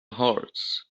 hearts